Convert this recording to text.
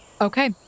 Okay